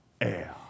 air